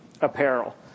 apparel